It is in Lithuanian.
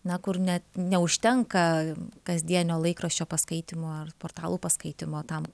na kur net neužtenka kasdienio laikraščio paskaitymo ar portalų paskaitymo tam